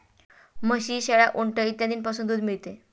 म्हशी, शेळ्या, उंट इत्यादींपासूनही दूध मिळते